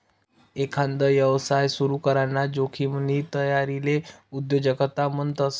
एकांदा यवसाय सुरू कराना जोखिमनी तयारीले उद्योजकता म्हणतस